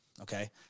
Okay